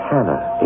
Hannah